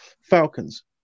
Falcons